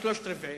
שלושה-רבעים,